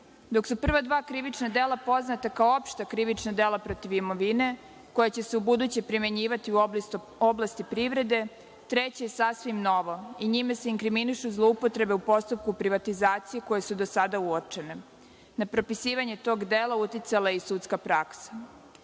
Dok su prva dva krivična dela poznata kao opšta krivična dela protiv imovine koja će se u buduće primenjivati u oblasti privrede, treće je sasvim novo i njime se inkriminišu zloupotrebe u postupku privatizacije koje su do sada uočene. Na propisivanje tog dela uticala je i sudska praksa. Prevara